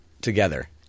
together